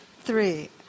Three